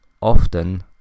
often